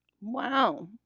Wow